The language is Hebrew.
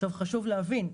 חשוב להבין,